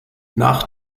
nach